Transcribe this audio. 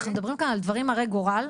אנחנו מדברים כאן על דברים הרי גורל,